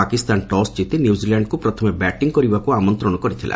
Pakistan toss ଜିତି ନ୍ୟୁଜିଲାଣ୍ଡ୍କୁ ପ୍ରଥମେ ବ୍ୟାଟିଂ କରିବାକୁ ଆମନ୍ତ୍ରଣ କରିଥିଲା